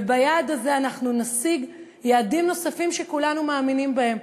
וביעד הזה אנחנו נשיג יעדים נוספים שכולנו מאמינים בהם.